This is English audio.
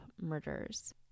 Murders